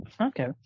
Okay